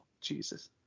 jesus